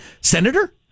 Senator